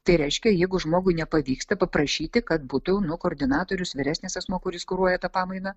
tai reiškia jeigu žmogui nepavyksta paprašyti kad būtų nu koordinatorius vyresnis asmuo kuris kuruoja tą pamainą